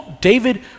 David